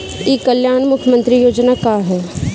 ई कल्याण मुख्य्मंत्री योजना का है?